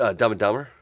ah dumb and dumber.